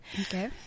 Okay